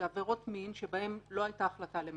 עבירות מין שבהן לא הייתה החלטה על מעצר,